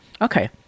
okay